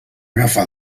agafar